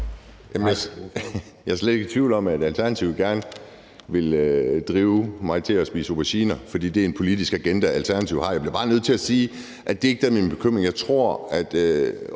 Jeg er slet ikke i tvivl om, at Alternativet gerne vil drive mig til at spise auberginer, for det er en politisk agenda, Alternativet har. Jeg bliver bare nødt til at sige, at det ikke er det, der